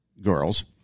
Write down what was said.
girls